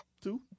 two